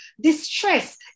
distress